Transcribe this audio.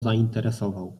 zainteresował